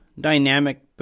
dynamic